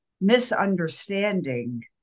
misunderstanding